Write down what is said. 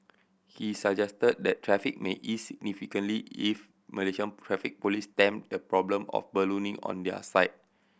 he suggested that traffic may ease significantly if Malaysian Traffic Police stem the problem of ballooning on their side